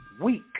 week